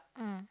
mm